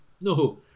no